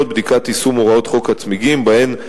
ולבדוק את יישום הוראות חוק הצמיגים בהן.